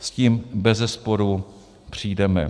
S tím bezesporu přijdeme.